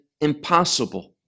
impossible